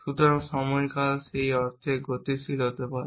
সুতরাং সময়কাল সেই অর্থে গতিশীল হতে পারে